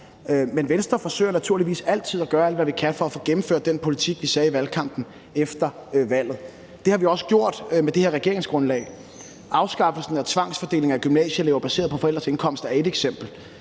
Men i Venstre forsøger vi naturligvis altid at gøre alt, hvad vi kan, for efter valget at få gennemført den politik, som vi talte om i valgkampen. Det har vi også gjort med det her regeringsgrundlag. Afskaffelsen af tvangsfordelingen af gymnasieelever baseret på forældres indkomst er et eksempel.